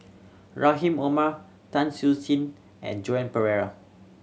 Rahim Omar Tan Siew Sin and Joan Pereira